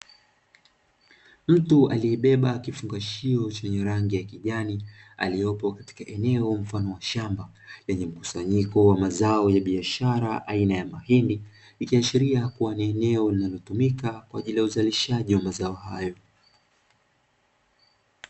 Mtu aliebeba kifungashio chenye rangi ya kijani aliopo katika eneo mfano wa shamba, lenye mkusanyiko wa mazao ya biashara aina ya mahindi ikiashiria kuwa ni eneo linalotumika kwa ajili ya uzalishaji wa mazao hayo.